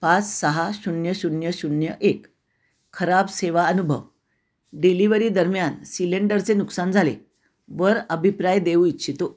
पाच सहा शून्य शून्य शून्य एक खराब सेवा अनुभव डिलिवरीदरम्यान सिलेंडरचे नुकसान झाले वर अभिप्राय देऊ इच्छितो